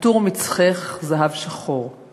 "עטור מצחך זהב שחור /